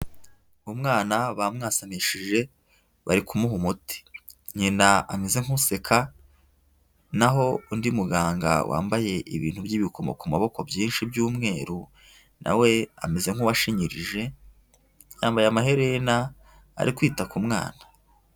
Umwana bamwasanishije bari kumuha umuti. Nyina ameze nk'useka naho undi muganga wambaye ibintu by'ibikomo ku maboko byinshi by'umweru na we ameze nk'uwashinyirije, yambaye amaherena, ari kwita ku mwana.